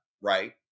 right